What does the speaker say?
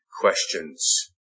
questions